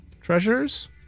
treasures